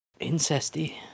incesty